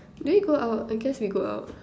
do we go out I guess we go out